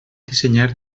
dissenyar